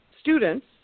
students